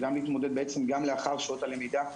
גם להתמודד לאחר שעות הלמידה,